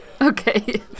Okay